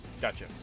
Gotcha